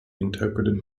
interpreted